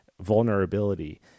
vulnerability